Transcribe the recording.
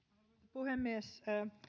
puhemies